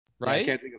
Right